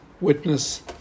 witness